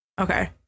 Okay